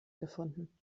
gefunden